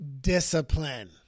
discipline